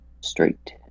straight